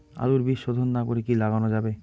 আলুর বীজ শোধন না করে কি লাগানো যাবে?